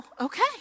okay